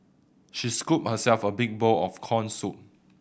she scooped herself a big bowl of corn soup